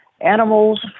animals